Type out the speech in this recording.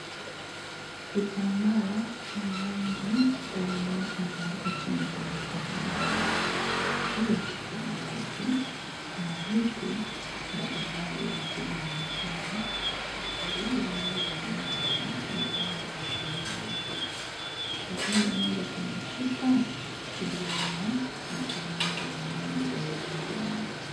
Kitambaa cha rangi mbalimbali kimetandikwa chini kwenye sakafu. Juu ya kitambaa hiki kuna vitu mbalimbali visivyoonekana, bali vinavyodhaniwa kuwa ni dawa za kienyeji. Katika pande moja kuna chupa iliyo na maji ya rangi ya udhurungi.